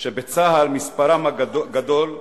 שבצה"ל מספרם גדול,